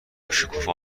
شکوفا